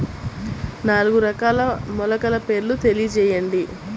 నాలుగు రకాల మొలకల పేర్లు తెలియజేయండి?